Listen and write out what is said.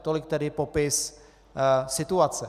Tolik tedy popis situace.